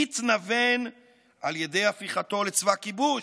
יתנוון על ידי הפיכתו לצבא כיבוש,